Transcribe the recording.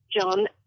John